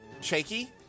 shaky